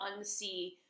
unsee